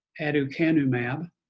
aducanumab